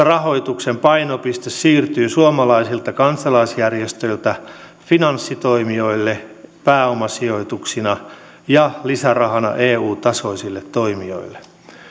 rahoituksen painopiste siirtyy suomalaisilta kansalaisjärjestöiltä finanssitoimijoille pääomasijoituksina ja lisärahana eu tasoisille toimijoille